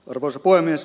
arvoisa puhemies